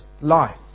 life